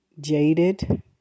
jaded